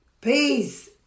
peace